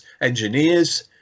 engineers